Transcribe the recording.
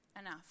enough